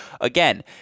again